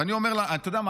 ואתה יודע מה?